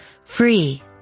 free